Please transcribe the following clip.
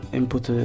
input